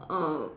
uh